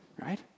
right